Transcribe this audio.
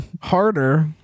harder